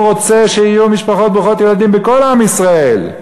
רוצה שיהיו משפחות ברוכות ילדים בכל עם ישראל.